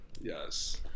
Yes